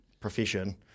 profession